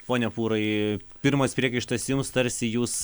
pone pūrai pirmas priekaištas jums tarsi jūs